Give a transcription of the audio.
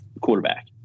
quarterback